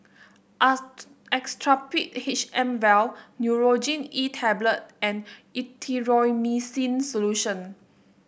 Actrapid H M vial Nurogen E Tablet and Erythroymycin Solution